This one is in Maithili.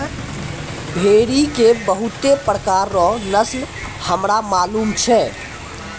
भेड़ी के बहुते प्रकार रो नस्ल हमरा मालूम छै